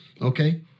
Okay